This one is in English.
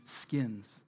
skins